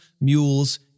mules